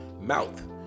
mouth